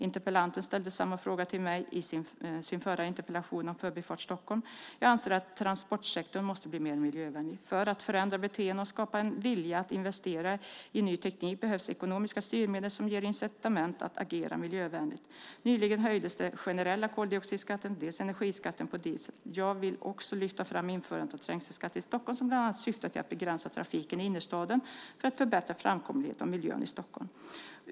Interpellanten ställde samma fråga till mig i sin förra interpellation om Förbifart Stockholm. Jag anser att transportsektorn måste bli mer miljövänlig. För att förändra beteenden och skapa en vilja att investera i ny teknik behövs ekonomiska styrmedel som ger incitament att agera miljövänligt. Nyligen höjdes dels den generella koldioxidskatten, dels energiskatten på diesel. Jag vill också lyfta fram införandet av trängselskatten i Stockholm som bland annat syftar till att begränsa trafiken i innerstaden för att förbättra framkomligheten och miljön i Stockholm.